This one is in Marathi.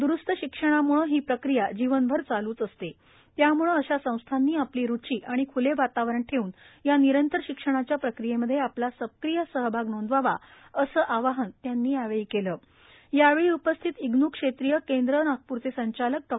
द्रस्त शिक्षणामुळ ही प्रक्रीया जीवन भर चालूच असत त्यामुळ अशा संस्थानी आपली रुची आणि ख्ल वातावरण ठबून या निरंतर शिक्षणाच्या प्रक्रियम्मध्य आपला सक्रीय सहभाग नोंदवावा अस आवाहन त्यांनी यावळी काल यावळी उपस्थित इग्न् क्षष्ठीय केंद्र नागपूरच संचालक डॉ